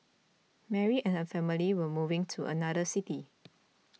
Mary and her family were moving to another city